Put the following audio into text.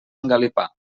engalipar